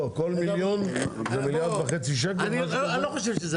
לא, כל מיליון זה מיליארד וחצי שקלים, משהו כזה?